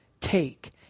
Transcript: Take